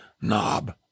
knob